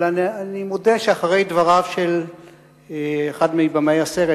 אבל אני מודה שאחרי דבריו של אחד מבמאי הסרט,